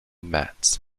mats